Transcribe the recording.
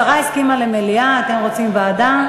השרה הסכימה למליאה ואתם רוצים ועדה.